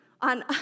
on